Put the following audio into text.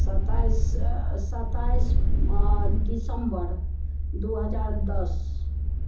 सताइस सताइस अऽ दिसम्बर दू हजार दस